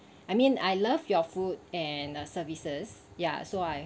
I mean I love your food and services ya so I